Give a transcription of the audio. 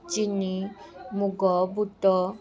ଚିନି ମୁଗ ବୁଟ